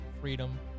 freedom